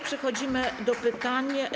Przechodzimy do pytań.